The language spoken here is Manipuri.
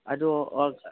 ꯑꯗꯣ